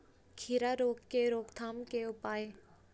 खीरा रोग के रोकथाम के उपाय?